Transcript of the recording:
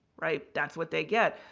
right. that's what they get.